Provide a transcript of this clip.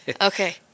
Okay